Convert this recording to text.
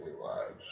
lives